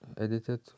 edited